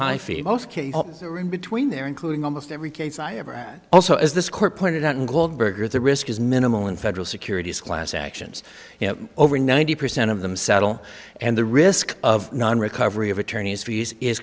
or in between there including almost every case i ever had also as this court pointed out in goldberger the risk is minimal in federal securities class actions over ninety percent of them settle and the risk of non recovery of attorneys